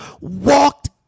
walked